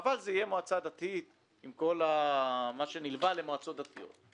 אבל זו תהיה מועצה דתית עם כל מה שנלווה למועצות דתיות.